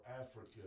Africa